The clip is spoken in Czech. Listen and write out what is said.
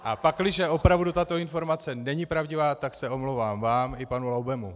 A pakliže opravdu tato informace není pravdivá, tak se omlouvám vám i panu Laubemu.